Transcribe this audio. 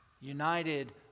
United